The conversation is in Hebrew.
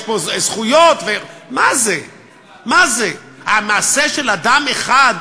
זה חוק לא חברתי, חוק שמחמיר את ההבדלים החברתיים.